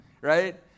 right